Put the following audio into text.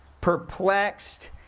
perplexed